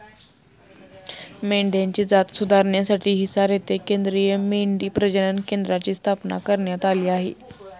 मेंढ्यांची जात सुधारण्यासाठी हिसार येथे केंद्रीय मेंढी प्रजनन केंद्राची स्थापना करण्यात आली आहे